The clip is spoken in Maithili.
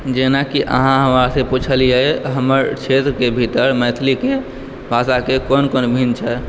जेनाकि अहाँ हमरासँ पुछलियै हमर क्षेत्रके भीतर मैथिलीके भाषाके कोन कोन भिन्न छै